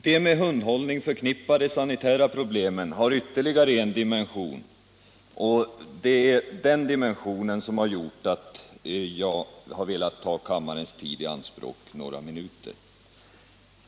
De med hundhållning förknippade sanitära problemen har ytterligare en dimension, och det är den som har gjort att jag har velat ta kammarens tid i anspråk några minuter.